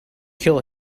kill